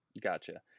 gotcha